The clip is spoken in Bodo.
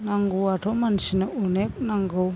नांगौआथ' मानसिनो अनेक नांगौ